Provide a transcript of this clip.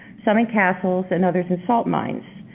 some in castles and others in salt mines.